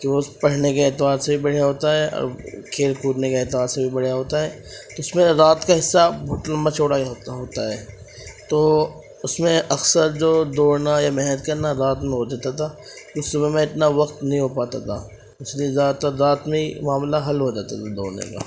کہ اس پڑھنے کے اعتبار سے بھی بڑھیا ہوتا ہے اور کھیل کودنے کے اعتبار سے بھی بڑھیا ہوتا ہے اس میں رات کا حِصّہ بہت لمبا چوڑا ہی ہوتا ہوتا ہے تو اس میں اکثر جو دوڑنا یا محنت کرنا رات میں ہو جاتا تھا اس سمے میں اتنا وقت نہیں ہو پاتا تھا اس لیے زیادہ تر رات میں ہی معاملہ حل ہو جاتا تھا دوڑنے کا